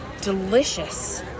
delicious